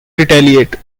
retaliate